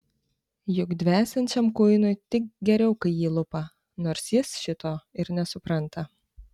juk dvesiančiam kuinui tik geriau kai jį lupa nors jis šito ir nesupranta